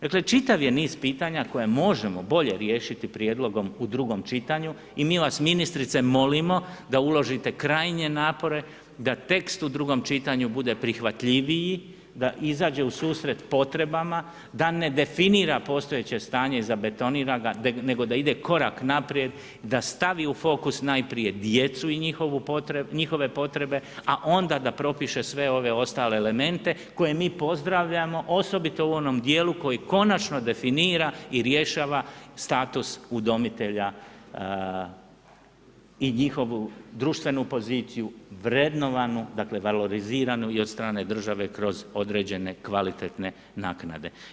Dakle, čitav je niz pitanja koje može boje riješiti prijedlogom drugom čitanju i mi vas ministrice, molimo da uložite krajnje napore da tekst u drugom čitanju bude prihvatljiviji, da izađe u susret potrebama, da ne definira postojeće stanje i zabetonira ga nego da ide korak naprijed, da stavi u fokus najprije djecu i njihove potrebe a onda da propiše sve ove ostale elemente koje mi pozdravljamo osobito u onom djelu koji konačno definira i rješava status udomitelja i njihovu društvenu poziciju, vrednovanu dakle valoriziranu i od strane države kroz određen kvalitetne naknade.